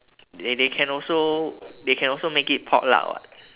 they they can also they can also make it potluck [what]